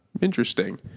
Interesting